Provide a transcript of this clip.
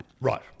Right